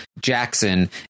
Jackson